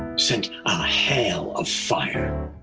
sent a hail of fire,